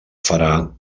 farà